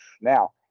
Now